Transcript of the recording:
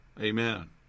Amen